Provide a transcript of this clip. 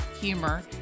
humor